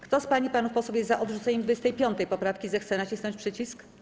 Kto z pań i panów posłów jest za odrzuceniem 25. poprawki, zechce nacisnąć przycisk.